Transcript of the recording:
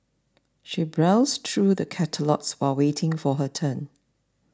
she browsed through the catalogues while waiting for her turn